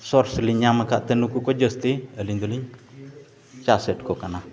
source ᱞᱤᱧ ᱧᱟᱢ ᱠᱟᱜ ᱛᱮ ᱱᱩᱠᱩ ᱠᱚ ᱡᱟᱹᱥᱛᱤ ᱟᱹᱞᱤᱧ ᱫᱚᱞᱤᱧ ᱪᱟᱥ ᱮᱜ ᱠᱚ ᱠᱟᱱᱟ